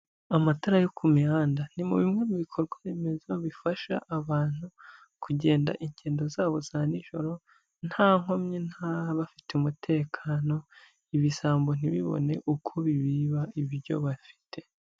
Amatara yo ku mihanda, ni bimwe mu bikorwa remezo bifasha abantu kugenda ingendo zabo za nijoro, nta nkomyi bafite umutekano ibisambo ntibibone uko bibiba ibyo bafite.